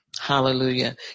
Hallelujah